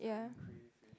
yeah